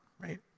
right